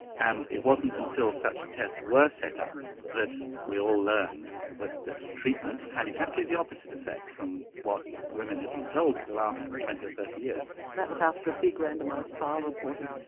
and it wasn't until such tests were set up that we all learned that this treatment had exactly the opposite effect from what women had been told for the last twenty or thirty years. that was after a big randomised trial reported?